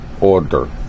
order